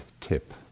tip